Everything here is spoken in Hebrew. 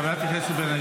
חברת הכנסת בן ארי,